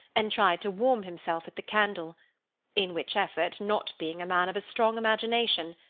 and tried to warm himself at the candle in which effort, not being a man of a strong imagination,